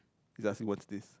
she's asking what's this